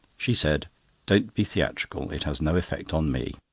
she said don't be theatrical, it has no effect on me.